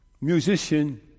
musician